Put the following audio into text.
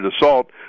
assault